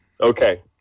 Okay